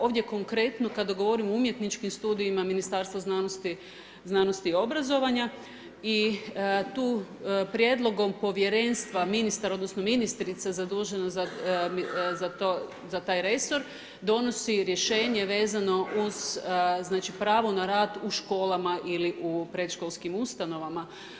Ovdje konkretno, kada govorim o umjetničkim studijima, Ministarstvo znanosti, znanosti i obrazovanja i tu prijedlogom povjerenstva, ministra, odnosno, ministrice zadužene za taj resor, donosi riješena vezeno uz pravo na rad u školama ili u predškolski ustanovama.